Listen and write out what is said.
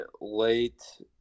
late